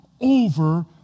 over